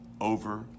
over